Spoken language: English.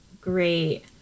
great